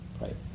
right